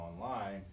online